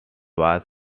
was